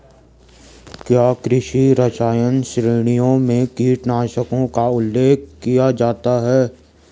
क्या कृषि रसायन श्रेणियों में कीटनाशकों का उल्लेख किया जाता है?